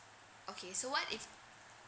okay so what if